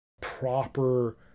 proper